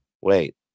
Wait